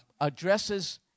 addresses